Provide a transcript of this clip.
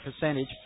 percentage